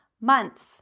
months